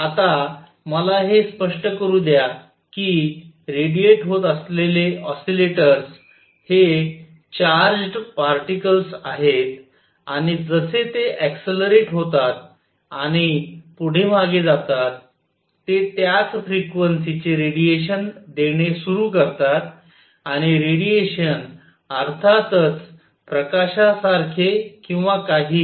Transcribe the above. आता मला हे स्पष्ट करू द्या कि रेडिएट होत असलेले ऑसिलेटर्स हे चार्ज्ड पार्टिकल्स आहेत आणि जसे ते अक्ससलरेट होतात आणि पुढे मागे जातात ते त्याच फ्रिक्वेन्सीचे रेडिएशन देणे सुरू करतात आणि रेडिएशन अर्थातच प्रकाशासारखे किंवा काहीही